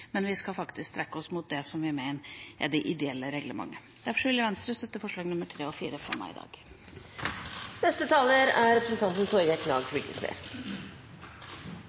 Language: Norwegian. men vi skal strekke oss mot det som vi mener er det ideelle reglementet. Derfor vil Venstre støtte forslagene nr. 3 og 4, fremmet i dag.